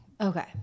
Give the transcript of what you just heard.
Okay